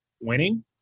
winning